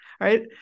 right